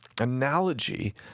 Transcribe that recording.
analogy